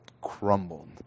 crumbled